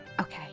Okay